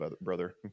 brother